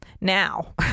Now